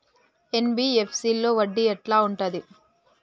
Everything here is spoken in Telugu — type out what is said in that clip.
ఎన్.బి.ఎఫ్.సి లో వడ్డీ ఎట్లా ఉంటది?